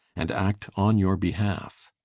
and act on your behalf.